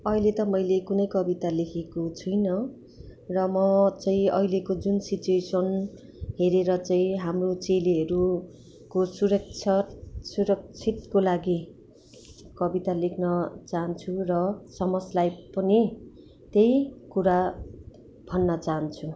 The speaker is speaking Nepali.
अहिले त मैले कुनै कविता लेखेको छुइनँ र म चाहिँ अहिलेको जुन सिचुवेसन हेरेर चाहिँ हाम्रो चेलीहरूको सुरक्षा सुरक्षितको लागि कविता लेख्न चाहन्छु र समाजलाई पनि त्यही कुरा भन्न चाहन्छु